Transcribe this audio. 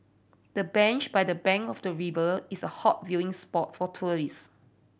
the bench by the bank of the river is a hot viewing spot for tourists